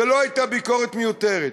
זו לא הייתה ביקורת מיותרת.